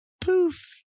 poof